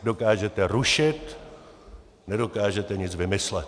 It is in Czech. Dokážete rušit, nedokážete nic vymyslet.